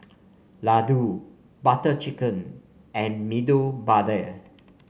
Ladoo Butter Chicken and Medu Vada